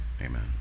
amen